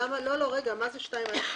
מה זה 2(א)(ב)?